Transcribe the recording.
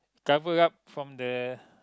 cover up from the